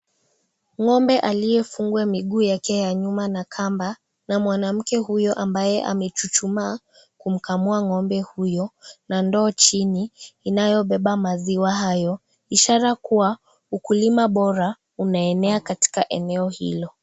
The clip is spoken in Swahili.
Ng'ombe aliyefungwa miguu yake ya nyuma na kamba na mwanamke huyo ambaye amechuchumaa kumkamua ng'ombe huyo na ndoo chini inayobeba maziwa hayo, ishara kuwa, ukulima bora unaenea katika eneo hilo.